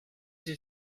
sie